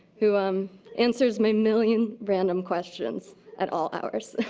who um answers my million random questions at all hours.